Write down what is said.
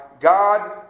God